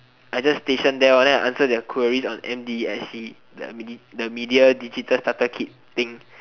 I just station there then I answer their queries on m_d_s_c the media digital starter kit thing